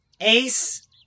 Ace